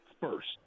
first